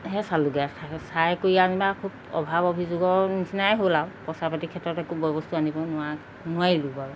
হে চালোঁগৈ চাই কৰি আৰু যেনিবা খুব অভাৱ অভিযোগৰ নিচিনাই হ'ল আৰু পইচা পাতিৰ ক্ষেত্ৰত একো বয় বস্তু আনিব নোৱাৰ নোৱাৰিলোঁ বাৰু